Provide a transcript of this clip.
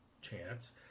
chance